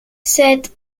cette